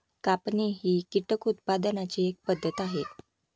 कापणी ही कीटक उत्पादनाची एक पद्धत आहे